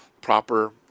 proper